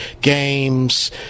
games